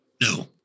No